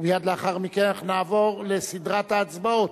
ומייד לאחר מכן אנחנו נעבור לסדרת ההצבעות.